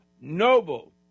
noble